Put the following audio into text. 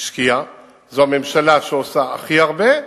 זו הממשלה שעושה הכי הרבה,